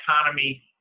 economy